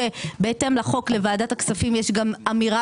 שבהתאם לחוק יש לוועדת הכספים אמירה